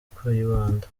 kayibanda